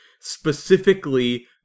specifically